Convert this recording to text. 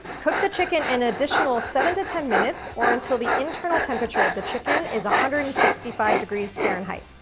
cook the chicken an additional seven to ten minutes, or until the internal temperature of the chicken is one hundred and sixty five degrees fahrenheit.